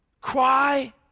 Cry